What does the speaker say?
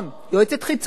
יועצת חיצונית,